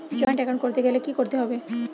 Joint account করতে গেলে কি করতে হবে?